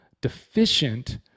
deficient